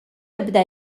ebda